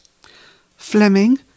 Fleming